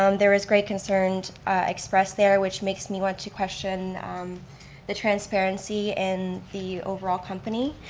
um there is great concern expressed there, which makes me want to question the transparency and the overall company.